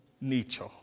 nature